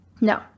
No